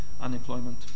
unemployment